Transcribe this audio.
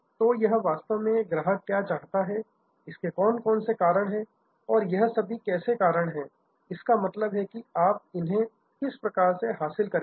तो यह वास्तव में ग्राहक क्या चाहता है इसके कौन कौन से कारक है और यह सभी कैसे कारक हैं इसका मतलब है कि आप इन्हें किस प्रकार से हासिल करेंगे